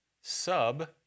Sub